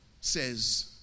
says